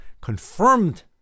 confirmed